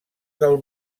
del